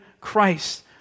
Christ